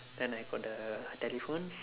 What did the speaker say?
then I got the telephone